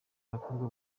abakobwa